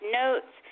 notes